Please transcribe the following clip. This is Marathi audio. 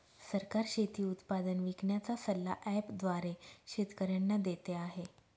सरकार शेती उत्पादन विकण्याचा सल्ला ॲप द्वारे शेतकऱ्यांना देते आहे